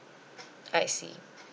I see